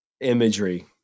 imagery